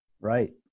Right